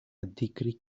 αντίκρυ